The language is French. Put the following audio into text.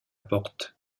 porte